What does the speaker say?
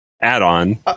add-on